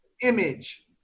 image